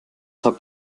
habt